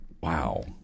Wow